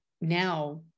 now